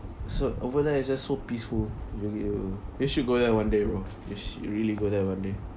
so over there is just so peaceful you you you should go there one day bro you should really go there one day